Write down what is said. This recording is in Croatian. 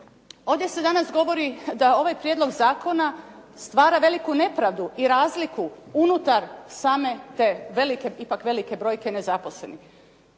Ovdje se danas govori da ovaj prijedlog zakona stvara veliku nepravdu i razliku unutar same te velike, ipak velike brojke nezaposlenih.